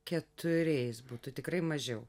keturiais būtų tikrai mažiau